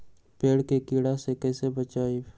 पेड़ के कीड़ा से कैसे बचबई?